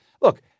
Look